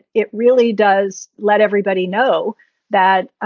it really does let everybody know that,